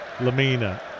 Lamina